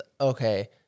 okay